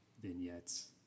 vignettes